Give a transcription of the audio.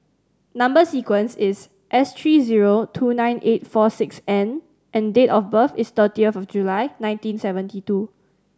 number sequence is S three zero two nine eight four six N and date of birth is thirtieth July nineteen seventy two